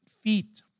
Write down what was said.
feet